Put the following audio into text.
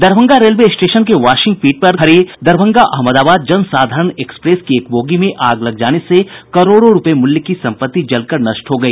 Darbhanga railway station के washing pit में खड़ी दरभंगा अहमदाबाद जनसाधारण एक्सप्रेस की एक बोगी में आग लग जाने से करोड़ों रुपए मूल्य की संपत्ति जलकर नष्ट हो गई